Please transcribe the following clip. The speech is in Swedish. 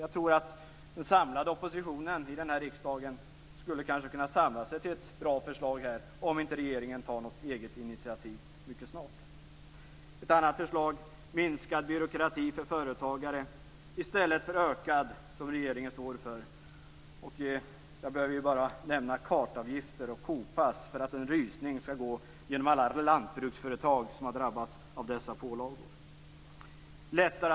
Jag tror att den samlade oppositionen i riksdagen kanske skulle kunna samla sig till ett bra förslag om inte regeringen tar något eget initiativ mycket snart. Minskad byråkrati för företagare - i stället för ökad som regeringen står för. Jag behöver bara nämna kartavgifter och kopass för att en rysning skall gå genom alla lantbruksföretag som drabbats av dessa pålagor.